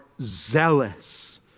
zealous